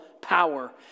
power